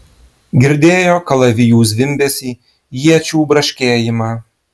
girdėjo kalavijų zvimbesį iečių braškėjimą